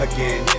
Again